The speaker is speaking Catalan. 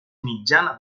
mitjana